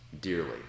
dearly